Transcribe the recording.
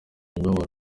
imibabaro